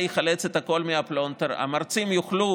יחלץ את הכול מהפלונטר: המרצים יוכלו